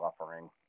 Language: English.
offering